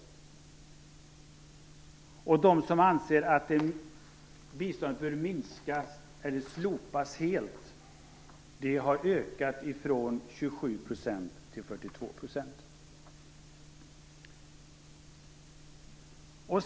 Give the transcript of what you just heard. Andelen människor som anser att biståndet bör minskas eller slopas helt har ökat från 27 % till 42 %.